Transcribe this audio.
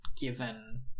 given